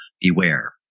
beware